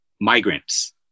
migrants